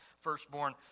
firstborn